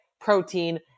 protein